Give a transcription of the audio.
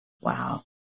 Wow